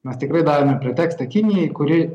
mes tikrai davėme pretekstą kinijai kuri